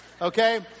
okay